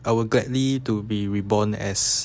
I will gladly to be reborn as